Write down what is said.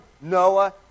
Noah